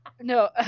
No